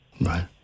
Right